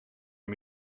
een